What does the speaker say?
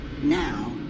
now